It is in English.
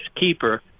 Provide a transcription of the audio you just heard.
Keeper